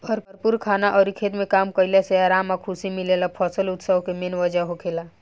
भरपूर खाना अउर खेत में काम कईला से आराम आ खुशी मिलेला फसल उत्सव के मेन वजह होखेला